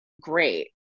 great